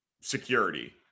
security